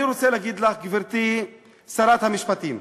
אני רוצה להגיד לך, גברתי שרת המשפטים,